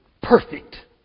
perfect